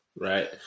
Right